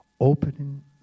opening